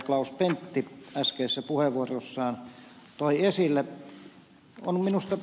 klaus pentti äskeisessä puheenvuorossaan toi esille